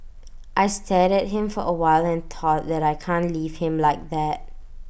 I stared at him for A while and thought that I can't leave him like that